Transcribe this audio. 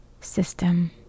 system